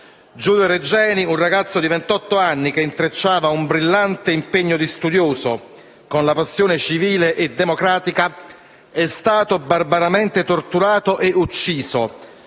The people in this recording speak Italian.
Giulio Regeni, un ragazzo di ventotto anni che intrecciava un brillante impegno di studioso con la passione civile e democratica, è stato barbaramente torturato e ucciso